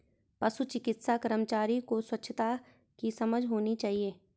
पशु चिकित्सा कर्मचारी को स्वच्छता की समझ होनी चाहिए